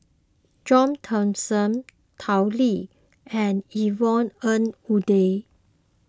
John Thomson Tao Li and Yvonne Ng Uhde